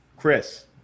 Chris